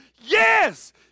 yes